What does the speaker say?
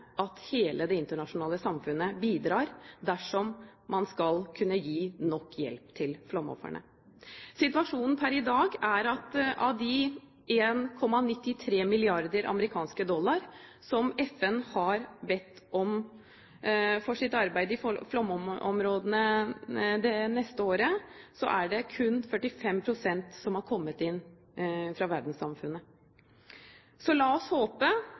at hele det internasjonale samfunnet bidrar dersom man skal kunne gi nok hjelp til flomofrene Situasjonen per i dag er at av 1,93 mrd. amerikanske dollar som FN har bedt om til sitt arbeid i flomområdene det neste året, er det kun 45 pst. som har kommet inn fra verdenssamfunnet. Så la oss håpe